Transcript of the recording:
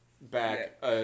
back